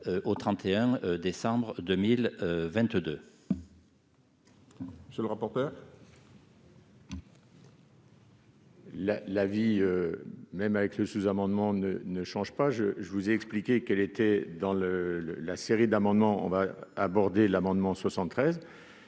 au 31 décembre 2022,